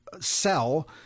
sell